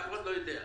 אף אחד לא יודע.